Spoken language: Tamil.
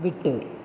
விட்டு